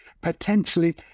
potentially